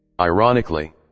Ironically